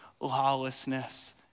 lawlessness